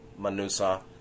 manusa